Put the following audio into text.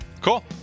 cool